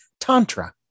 Tantra